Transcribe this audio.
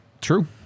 True